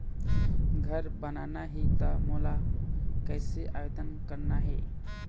घर बनाना ही त मोला कैसे आवेदन करना हे?